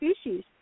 species